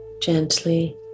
gently